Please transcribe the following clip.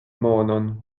monon